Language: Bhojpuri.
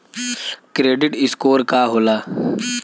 क्रेडीट स्कोर का होला?